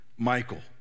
michael